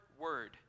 word